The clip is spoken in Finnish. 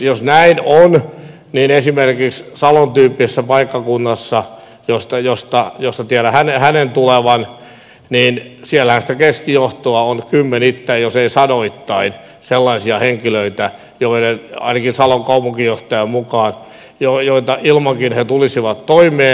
jos mä en oo vielä esimerkin näin on niin esimerkiksi salon tyyppisellä paikkakunnalla mistä tiedän hänen tulevan sitä keskijohtoa on kymmenittäin jos ei sadoittain sellaisia henkilöitä ainakin salon kaupunginjohtajan mukaan joita ilmankin he tulisivat toimeen